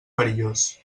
perillós